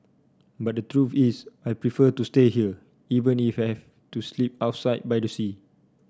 but the truth is I prefer to stay here even if have to sleep outside by the sea